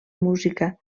música